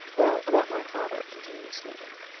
well about my father, continued smeaton.